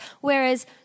Whereas